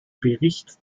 bericht